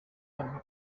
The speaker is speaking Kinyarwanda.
kane